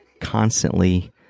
constantly